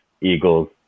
Eagles